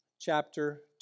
chapter